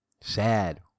sad